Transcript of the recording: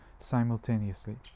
simultaneously